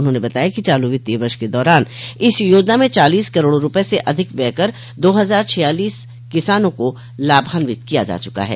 उन्होंने बताया कि चालू वित्तीय वर्ष के दौरान इस योजना में चालीस करोड़ रूपये से अधिक व्यय कर दो हजार छियालीस किसानों को लाभान्वित किया जा चुका है